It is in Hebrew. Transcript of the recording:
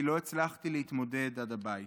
כי לא הצלחתי להתמודד עד הבית.